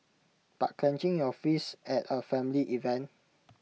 but clenching your fists at A family event